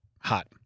hot